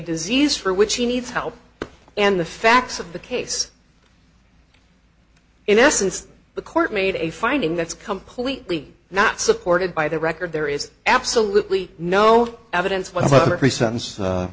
disease for which he needs help and the facts of the case in essence the court made a finding that's completely not supported by the record there is absolutely no evidence whatsoever pre sentence